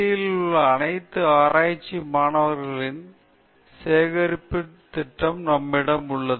யில் உள்ள அனைத்து ஆராய்ச்சி மாணவர்களின் சேகரிப்பு நம்மிடம் உள்ளது